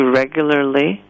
regularly